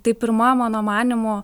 tai pirma mano manymu